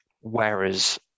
whereas